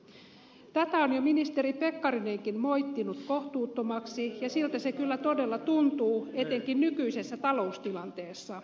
tätä on jo ministeri pekkarinenkin moittinut kohtuuttomaksi ja siltä se kyllä todella tuntuu etenkin nykyisessä taloustilanteessa